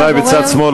רבותי בצד שמאל,